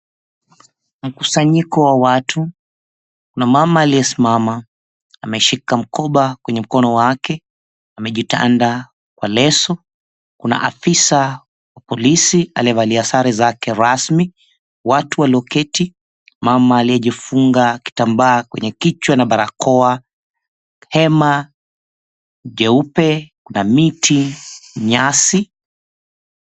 Mkusanyiko wa watu, kuna mama aliyesimama ameshika mkoba kwenye mkono wake amejitanda kwa leso. Kuna afisa wa polisi aliyevalia sare zake rasmi, watu walioketi, mama aliyejifunga kitambaa kwenye kichwa na barakoa, hema jeupe na miti, nyasi.